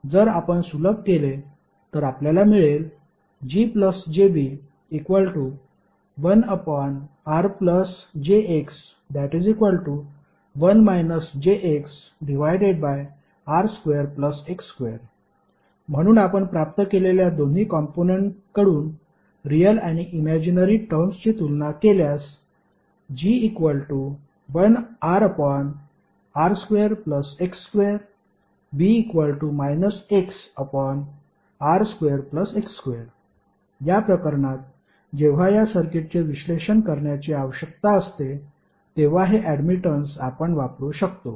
तर जर आपण सुलभ केले तर आपल्याला मिळेल GjB1RjX1 jXR2X2 म्हणून आपण प्राप्त केलेल्या दोन्ही कॉम्पोनंटकडून रियल आणि इमॅजीनरी टर्म्सची तुलना केल्यास GRR2X2B XR2X2 या प्रकरणात जेव्हा या सर्किटचे विश्लेषण करण्याची आवश्यकता असते तेव्हा हे ऍडमिटन्स आपण वापरू शकतो